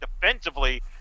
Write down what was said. defensively